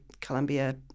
Columbia